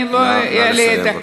נא לסיים.